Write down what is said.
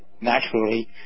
naturally